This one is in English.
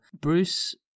Bruce